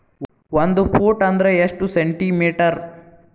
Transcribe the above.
ಒಂದು ಫೂಟ್ ಅಂದ್ರ ಎಷ್ಟು ಸೆಂಟಿ ಮೇಟರ್?